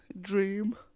dream